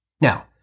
Now